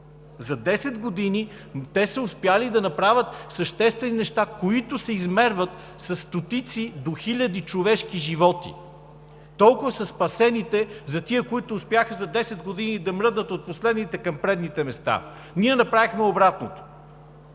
За 10 години те са успели да направят съществени неща, които се измерват със стотици, до хиляди човешки животи. Толкова са спасените за тези, които успяха за 10 години да мръднат от последните към предните места. Ние направихме обратното.